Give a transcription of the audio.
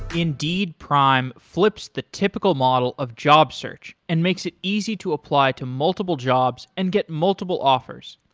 indeed prime flips the typical model of job search and makes it easy to apply to multiple jobs and get multiple offers.